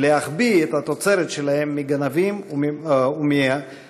ולהחביא את התוצרת שלהם מגנבים ומחמסנים.